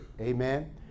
amen